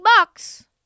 Bucks